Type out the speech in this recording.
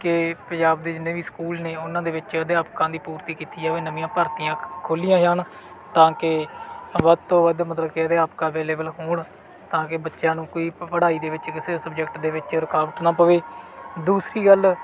ਕਿ ਪੰਜਾਬ ਦੇ ਜਿੰਨੇ ਵੀ ਸਕੂਲ ਨੇ ਉਹਨਾਂ ਦੇ ਵਿੱਚ ਅਧਿਆਪਕਾਂ ਦੀ ਪੂਰਤੀ ਕੀਤੀ ਜਾਵੇ ਨਵੀਆਂ ਭਰਤੀਆਂ ਖੋਲ੍ਹੀਆਂ ਜਾਣ ਤਾਂ ਕਿ ਵੱਧ ਤੋਂ ਵੱਧ ਮਤਲਬ ਕਿ ਅਧਿਆਪਕ ਅਵੇਲੇਬਲ ਹੋਣ ਤਾਂ ਕਿ ਬੱਚਿਆਂ ਨੂੰ ਕੋਈ ਪ ਪੜ੍ਹਾਈ ਦੇ ਵਿੱਚ ਕਿਸੇ ਸਬਜੈਕਟ ਦੇ ਵਿੱਚ ਰੁਕਾਵਟ ਨਾ ਪਵੇ ਦੂਸਰੀ ਗੱਲ